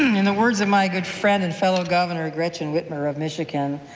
in the words of my good friend and fellow governor, gretchen whitmer of michigan,